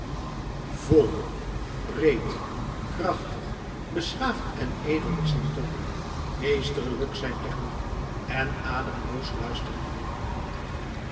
vol breed en krachtig beschaafd en edel is zijn toon meesterlijk zijn techniek en ademloos luisteren allen